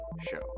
show